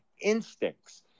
instincts